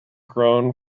grown